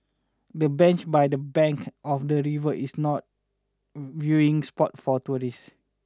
the bench by the bank of the river is not viewing spot for tourists